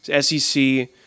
SEC